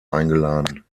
eingeladen